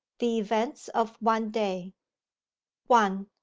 the events of one day one.